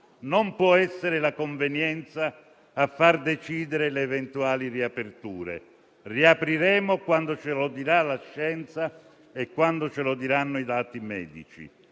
Non può essere la convenienza a far decidere le eventuali riaperture: riapriremo quando ce lo dirà la scienza e quando ce lo diranno i dati medici.